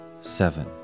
Seven